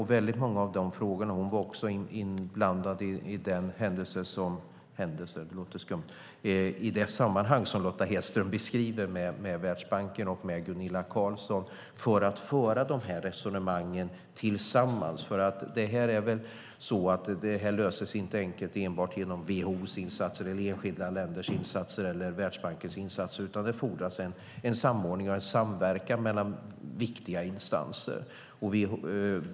Hon var också involverad i det sammanhang som Lotta Hedström beskriver med Världsbanken och Gunilla Carlsson för att föra dessa resonemang tillsammans. Detta löses inte enkelt enbart genom WHO:s, enskilda länders eller Världsbankens insatser. Det fordras en samordning och en samverkan mellan viktiga instanser.